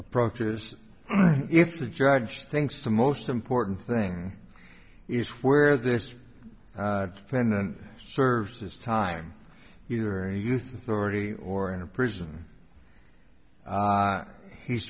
approaches if the judge thinks the most important thing is where there's a fan and serves his time either youth authority or in a prison he's